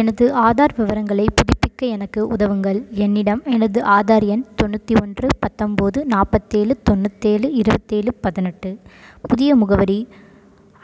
எனது ஆதார் விவரங்களை புதுப்பிக்க எனக்கு உதவுங்கள் என்னிடம் எனது ஆதார் எண் தொண்ணூற்றி ஒன்று பத்தொம்போது நாற்பத்தேழு தொண்ணூத்தேழு இருபத்தேழு பதினெட்டு புதிய முகவரி